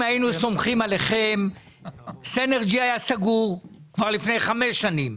אם היינו סומכים עליכם "סינרג'י" היה סגור כבר לפני חמש שנים,